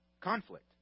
Conflict